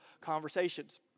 conversations